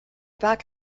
back